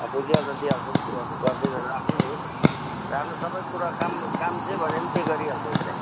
अँ बुझिहाल्छ दिइहाल्छ नि गरिदिन्छ राख्नु नि राख्नु सबै कुरा काम काम जे भने पनि त्यही गरिहाल्छ उसले